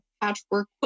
patchwork